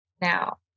now